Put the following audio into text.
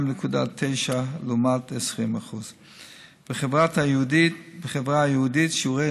22.9% לעומת 20%. בחברה היהודית שיעורי